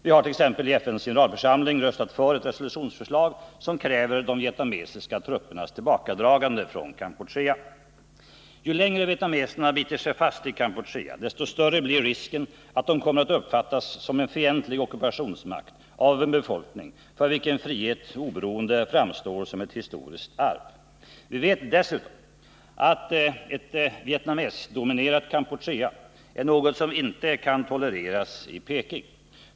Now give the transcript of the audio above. Vi har t.ex. i FN:s generalförsamling röstat för ett resolutionsförslag, som kräver de vietnamesiska truppernas tillbakadragande från Kampuchea. Ju längre vietnameserna biter sig fast i Kampuchea, desto större blir risken att de kommer att uppfattas som en fientlig ockupationsmakt av en befolkning för vilken frihet och oberoende framstår som ett historiskt arv. Vi vet dessutom att ett Vietnamdominerat Kampuchea är något som inte kan tolereras i Peking.